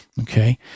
Okay